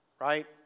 right